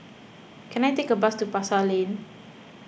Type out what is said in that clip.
can I take a bus to Pasar Lane